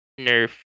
nerf